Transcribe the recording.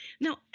Now